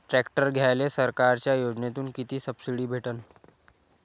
Tractor घ्यायले सरकारच्या योजनेतून किती सबसिडी भेटन?